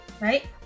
Right